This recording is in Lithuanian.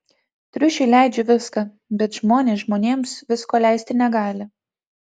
triušiui leidžiu viską bet žmonės žmonėms visko leisti negali